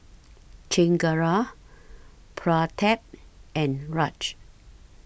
Chengara Pratap and Raj